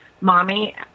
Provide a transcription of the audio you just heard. mommy